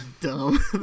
dumb